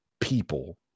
people